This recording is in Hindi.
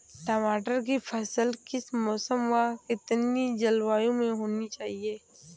टमाटर की फसल किस मौसम व कितनी जलवायु में होनी चाहिए?